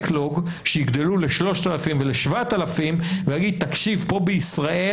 backlogשיגדלו ל-3,000 ול-7,000 ויגיד: תקשיב,